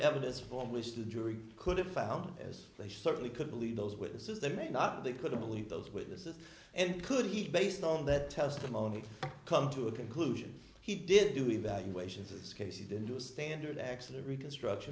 evidence form wished the jury could have found as they certainly could believe those witnesses they may not they couldn't believe those witnesses and could he based on that testimony come to a conclusion he did do evaluations of this case he didn't do a standard accident reconstruction